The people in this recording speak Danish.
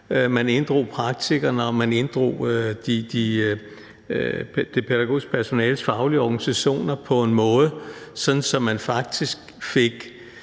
Man inddrog praktikerne, og man inddrog det pædagogiske personales faglige organisationer på en måde, så man faktisk fik